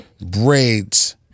braids